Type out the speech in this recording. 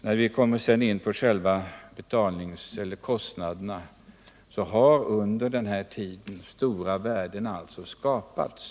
När det gäller kostnaderna har under den här tiden stora värden skapats.